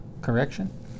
correction